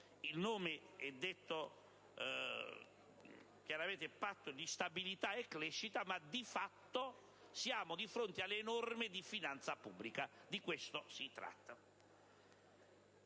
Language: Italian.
Il nome è detto chiaramente, Patto di stabilità e crescita, ma di fatto siamo di fronte alle norme di finanza pubblica. Di questo si tratta.